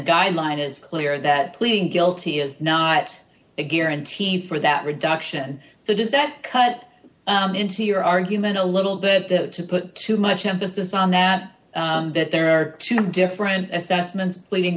guideline it is clear that pleading guilty is now at a guarantee for that reduction so does that cut into your argument a little bit that to put too much emphasis on that that there are two different assessments pleading